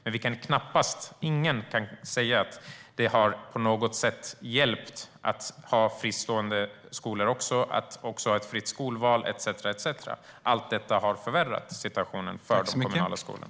Men ingen kan säga att det har hjälpt att ha fristående skolor, fritt skolval etcetera. Allt detta har förvärrat situationen för den kommunala skolan.